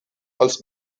als